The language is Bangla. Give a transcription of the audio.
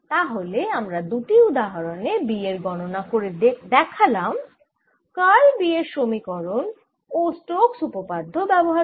তাহলে আমি দুটি উদাহরণে B এর গণনা করে দেখালাম কার্ল B এর সমীকরণ ও স্টোক্স উপপাদ্য ব্যবহার করে